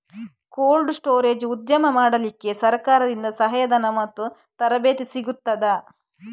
Cold storage ಉದ್ಯಮ ಮಾಡಲಿಕ್ಕೆ ಸರಕಾರದಿಂದ ಸಹಾಯ ಧನ ಮತ್ತು ತರಬೇತಿ ಸಿಗುತ್ತದಾ?